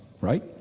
right